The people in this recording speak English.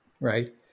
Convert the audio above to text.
right